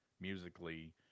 musically